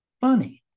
funny